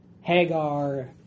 Hagar